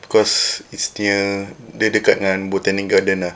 because it's near dia dekat dengan botanic garden ah